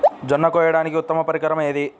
జొన్న కోయడానికి ఉత్తమ పరికరం ఏది?